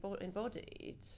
embodied